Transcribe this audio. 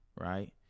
right